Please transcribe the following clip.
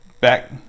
back